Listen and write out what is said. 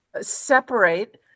separate